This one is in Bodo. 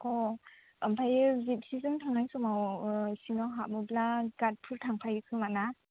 अ ओमफ्रायो जिपसिजों थांनाय समाव सिङाव हाबनोब्ला गार्डफोर थांफायो खोमाना